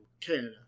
canada